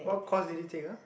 what course did you take ah